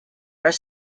are